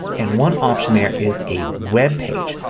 and one option there is a web page.